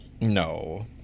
No